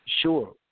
sure